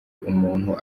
umuntu